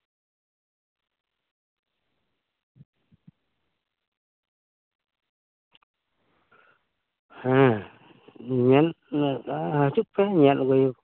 ᱦᱮᱸ ᱧᱮᱞ ᱦᱤᱡᱩᱜ ᱯᱮ ᱧᱮᱞ ᱟᱜᱩᱭ